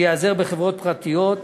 שייעזר בחברות פרטיות.